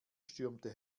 stürmte